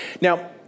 Now